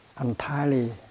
entirely